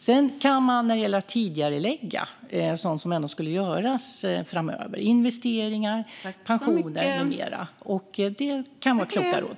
Man kan tidigarelägga sådant som ändå skulle göras framöver: investeringar, pensioner med mera. Det kan vara kloka råd.